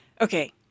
Okay